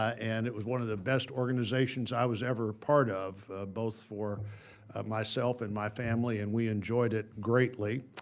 and it was one of the best organizations i was ever a part of, both for myself and my family and we enjoyed it greatly.